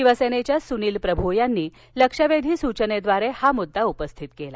शिवसेनेच्या सुनील प्रभू यांनी लक्ष्यवेधी सूचनेद्वारे हा मुद्दा उपस्थित केला